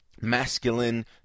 masculine